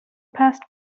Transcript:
past